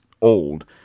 old